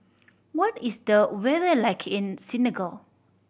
what is the weather like in Senegal